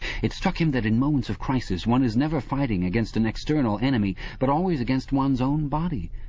it struck him that in moments of crisis one is never fighting against an external enemy, but always against one's own body.